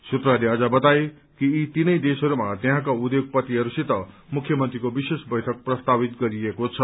सूत्रहरूले अझ बताए कि यी तीनै देशहरूमा त्यहाँका उद्योगपतिहरूसित मुख्यमन्त्रीको विशेष बैठक प्रस्तावित गरिएको छ